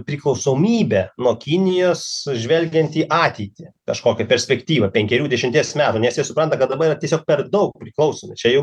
priklausomybę nuo kinijos žvelgiant į ateitį kažkokią perspektyvą penkerių dešimties metų nes jie supranta kad dabar yra tiesiog per daug priklausomi čia jau